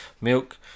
milk